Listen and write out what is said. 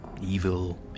Evil